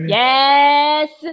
yes